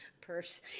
purse